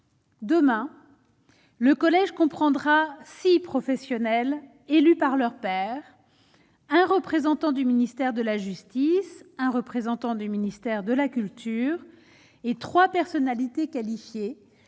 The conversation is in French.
Demain, le collège comprendra six, professionnels, élus par leurs pairs, un représentant du ministère de la justice, un représentant du ministère de la culture et 3 personnalités qualifiées